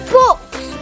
books